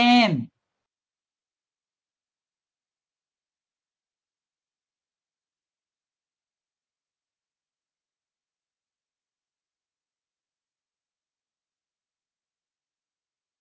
scam